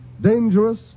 dangerous